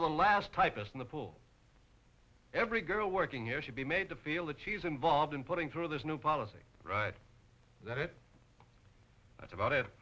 to the last typist in the pool every girl working here should be made to feel that she's involved in putting through this new policy right that that's about it